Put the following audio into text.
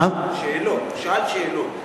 שאלות,